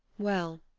well,